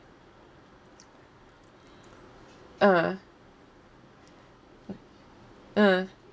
uh uh